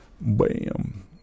Bam